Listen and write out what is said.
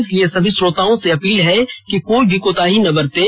इसलिए सभी श्रोताओं से अपील है कि कोई भी कोताही ना बरतें